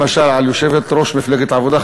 למשל על יושבת-ראש מפלגת העבודה,